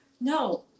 No